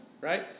right